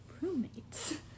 roommates